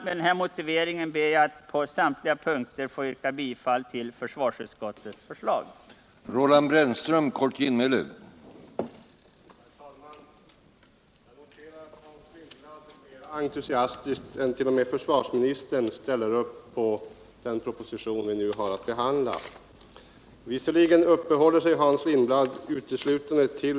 Med den här motiveringen yrkar jag på samtliga punkter bifall till försvarsutskottets hemställan i betänkandet nr 28.